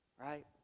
right